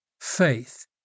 faith